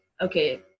okay